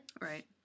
Right